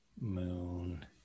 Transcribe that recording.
moon